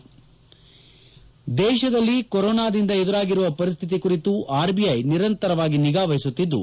head ದೇಶದಲ್ಲಿ ಕೊರೊನಾದಿಂದ ಎದುರಾಗಿರುವ ಪರಿಸ್ಥಿತಿ ಕುರಿತು ಆರ್ಬಿಐ ನಿರಂತರವಾಗಿ ನಿಗಾ ವಹಿಸುತ್ತಿದ್ದು